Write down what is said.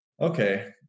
okay